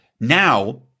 now